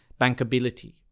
bankability